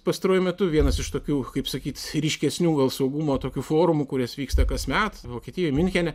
pastaruoju metu vienas iš tokių kaip sakyt ryškesnių gal saugumo tokių forumų kurios vyksta kasmet vokietijoj miunchene